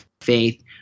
faith